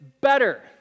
better